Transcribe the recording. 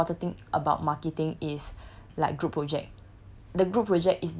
the what the more important thing about marketing is like group project